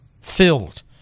Filled